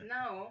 Now